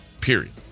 period